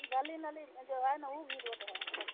गली नली जो है ना ऊ भी रोड है